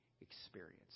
experience